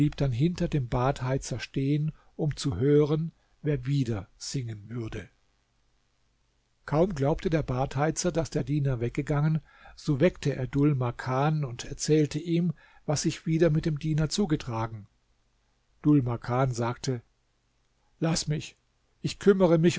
dann hinter dem badheizer stehen um zu hören wer wieder singen würde kaum glaubte der badheizer daß der diener weggegangen so weckte er dhul makan und erzählte ihm was sich wieder mit dem diener zugetragen dhul makan sagte laß mich ich kümmere mich